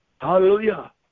Hallelujah